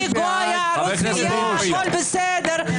אני גויה, רוסיה, הכול בסדר.